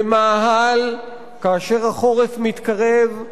במאהל, כאשר החורף מתקרב,